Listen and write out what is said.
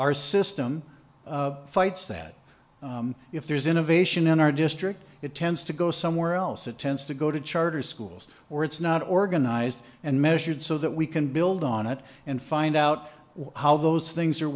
our system fights that if there's innovation in our district it tends to go somewhere else it tends to go to charter schools or it's not organized and measured so that we can build on it and find out how those things are